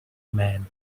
man